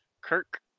Kirk